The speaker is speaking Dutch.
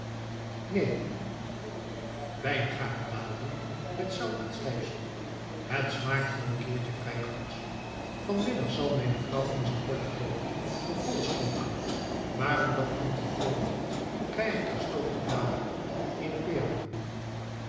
neen wijngaardbladeren met zout en stijfsel het smaakt voor een keertje vrij goed vanmiddag zal mijne vrouw eens een potje koken van koolstronken maar omdat ik niet van kool houd krijg ik gestoofde bladeren van eenen